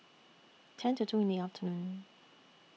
ten to two in The afternoon